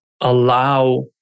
allow